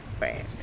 Right